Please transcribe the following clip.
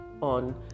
on